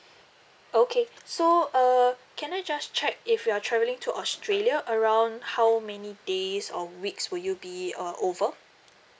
okay so uh can I just check if you're travelling to australia around how many days or weeks will you be uh over